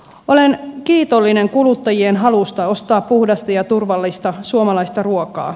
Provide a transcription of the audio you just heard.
olen kiitollinen kuluttajien halusta ostaa puhdasta ja turvallista suomalaista ruokaa